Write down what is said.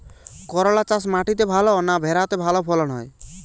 করলা চাষ মাটিতে ভালো না ভেরাতে ভালো ফলন হয়?